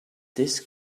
this